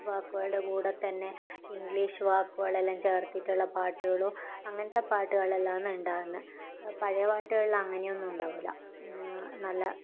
വാക്കുകളുടെ കൂടെ തന്നെ ഇംഗ്ലീഷ് വാക്കുകളെല്ലാം ചേർത്തിട്ടുള്ള പാട്ടുകളും അങ്ങനത്തെ പാട്ടുകളെല്ലാം ഇന്ന് ഉണ്ടാകുന്നത് പഴയ പാട്ടുകളിലങ്ങനെ ഒന്നും ഉണ്ടാവുകയില്ല നല്ല